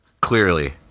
clearly